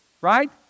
right